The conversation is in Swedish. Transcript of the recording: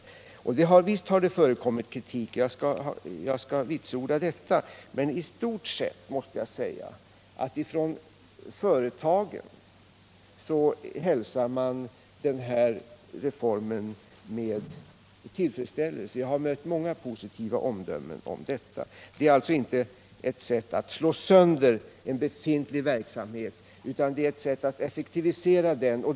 Visst har det förekommit kritik — jag skall vitsorda det. Men i stort sett måste jag säga att företagen hälsar den här reformen med tillfredsställelse. Jag har mött många positiva omdömen om vårt förslag. Det är alltså inte ett sätt att slå sönder redan befintlig verksamhet, utan det är ett sätt att effektivisera den.